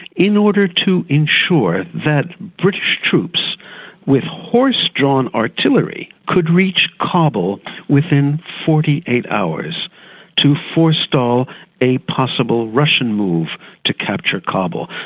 in order to ensure that british troops with horse-drawn artillery could reach kabul within forty eight hours to forestall a possible russian move to capture kabul,